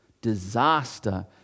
Disaster